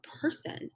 person